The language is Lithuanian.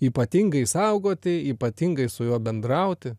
ypatingai saugoti ypatingai su juo bendrauti